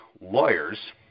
lawyers